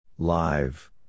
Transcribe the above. Live